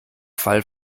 fall